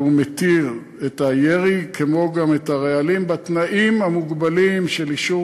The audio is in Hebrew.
והיא מתירה את הירי כמו גם את הרעלים בתנאים המוגבלים של אישור